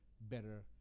better